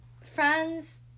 friends